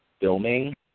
filming